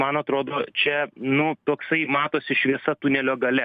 man atrodo čia nu toksai matosi šviesa tunelio gale